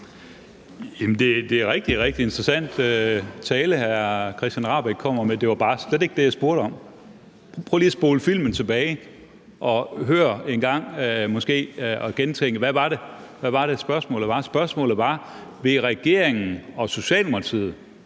Det er rigtig, rigtig interessant tale, hr. Christian Rabjerg Madsen kommer med. Det var bare slet ikke det, jeg spurgte om. Prøv lige at spole filmen tilbage, og hør engang, og gentænk, hvad det var, spørgsmålet var. Spørgsmålet var: Vil regeringen og Socialdemokratiet,